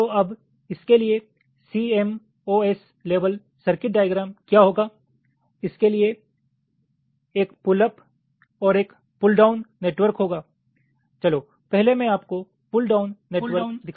तो अब इसके लिये सीएमओएस लेवेल सर्किट डाईग्राम क्या होगा इसके लिए एक पुल अप और एक पुल डाउन नेटवर्क होगा चलो पेह्ले मैं आपको पुल डाउन नेटवर्क दिखाता हूँ